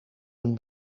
een